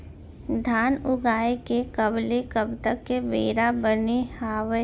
धान उगाए के कब ले कब तक के बेरा बने हावय?